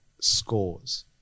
scores